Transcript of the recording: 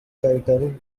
title